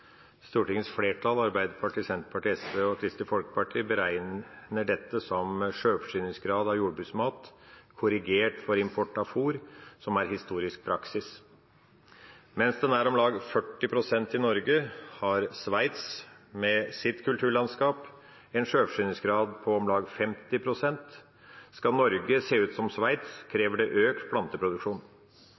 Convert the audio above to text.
Stortingets flertall, Arbeiderpartiet, Senterpartiet, Sosialistisk Venstreparti og Kristelig Folkeparti, beregner dette som sjølforsyningsgraden av jordbruksmat korrigert for import av fôr som er historisk praksis. Mens den er om lag 40 pst. i Norge, har Sveits, med sitt kulturlandskap en sjølforsyningsgrad på om lag 50 pst. Skal Norge se ut som Sveits, krever det økt planteproduksjon.